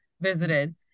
visited